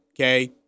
okay